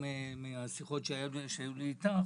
ומהשיחות שהיו לי איתך